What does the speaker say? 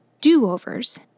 Do-overs